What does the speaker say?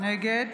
נגד